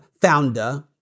founder